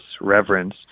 reverence